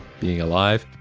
being alive.